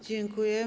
Dziękuję.